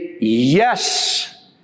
yes